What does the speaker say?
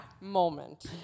moment